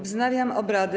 Wznawiam obrady.